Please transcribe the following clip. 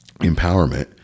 empowerment